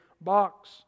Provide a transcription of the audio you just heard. box